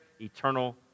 eternal